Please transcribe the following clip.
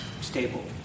stable